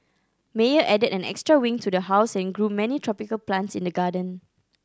Meyer added an extra wing to the house and grew many tropical plants in the garden